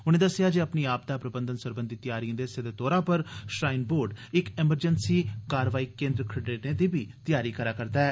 उनें दस्सेया जे अपनी आपदा प्रबंधन सरबंधी तैयारिए दे हिस्से दे तौरा पर श्राईन बोर्ड इक इमरजेंसी कारवाई केंद्र खड़ेरने दी बी तैयारी करै करदा ऐ